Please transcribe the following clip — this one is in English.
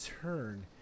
turn